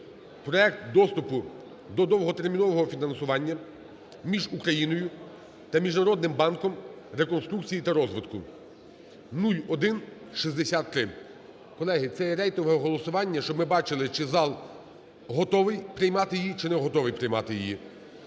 (Проект доступу до довготермінового фінансування) між Україною та Міжнародним банком реконструкції та розвитку (0163). Колеги, це є рейтингове голосування, щоб ми бачили, чи зал готовий приймати її, чи не готовий приймати її.